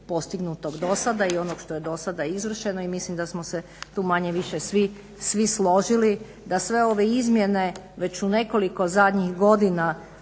postignutog dosada i onog što je dosada izvršeno i mislim da smo se tu manje-više svi složili da sve ove izmjene već u nekoliko zadnjih godina